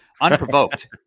unprovoked